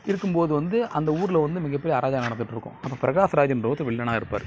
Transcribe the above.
இருக்கும்போது வந்து அந்த ஊரில் வந்து மிகப்பெரிய அராஜகம் நடந்துகிட்ருக்கும் அப்போ பிரகாஷ்ராஜ்கிறவரு வில்லனாக இருப்பார்